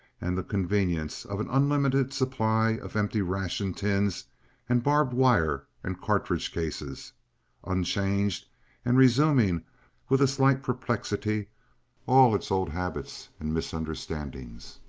and the convenience of an unlimited supply of empty ration tins and barbed wire and cartridge cases unchanged and resuming with a slight perplexity all its old habits and misunderstandings,